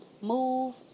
move